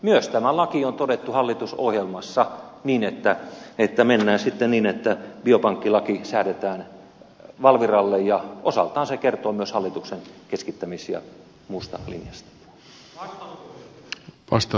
myös tämä laki on todettu hallitusohjelmassa niin että mennään sitten niin että biopankkilaki säädetään valviralle ja osaltaan se kertoo myös hallituksen keskittämis ja muusta linjasta